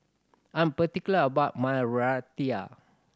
I'm particular about my Raita